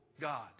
God